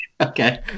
Okay